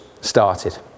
started